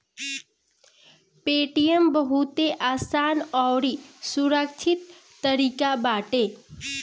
Paytm बहुते आसान अउरी सुरक्षित तरीका बाटे